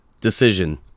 decision